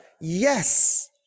Yes